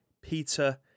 Peter